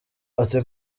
ati